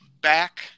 back